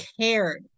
cared